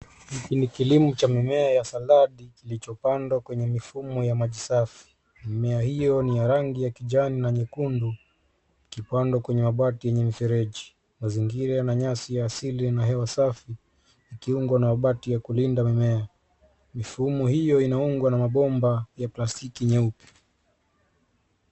Hiki ni kilimo cha mimea ya saladi kilichopandwa kwenye mifumo ya maji safi. Mimea hiyo ni ya rangi ya kijani na nyekundu ikipandwa kwenye mabati yenye mifereji. Mazingira yana nyasi ya asili na hewa safi yakiungwa na mabati ya kulinda mimea. Mifumo hiyo inaungwa na mabomba ya plastiki nyeupe.